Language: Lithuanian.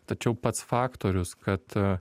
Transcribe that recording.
tačiau pats faktorius kad